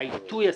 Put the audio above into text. שהעיתוי הספציפי,